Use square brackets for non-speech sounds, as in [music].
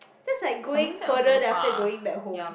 [noise] that's like going further then after that going back home